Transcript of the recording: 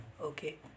Okay